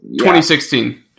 2016